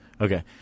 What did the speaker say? Okay